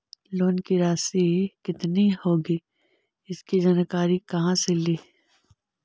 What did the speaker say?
Loan की रासि कितनी होगी इसकी जानकारी कहा से ली?